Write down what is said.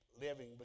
living